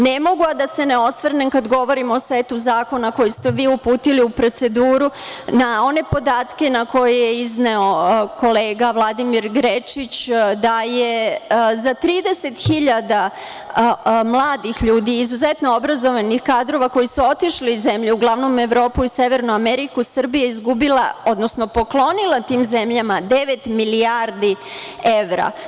Ne mogu a da se ne osvrnem kad govorim o setu zakona koji ste vi uputili u proceduru na one podatke koje je izneo kolega Vladimir Grečić, da je za 30.000 mladih ljudi, izuzetno obrazovanih kadrova koji su otišli iz zemlje, uglavnom Evropu i severnu Ameriku, Srbija je izgubila odnosno poklonila tim zemljama 9 milijardi evra.